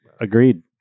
Agreed